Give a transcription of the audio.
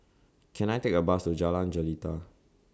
Can I Take A Bus to Jalan Jelita